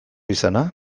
izana